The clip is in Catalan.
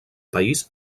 país